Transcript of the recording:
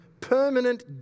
permanent